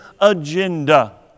agenda